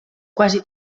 quasi